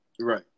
right